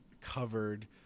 covered